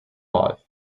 life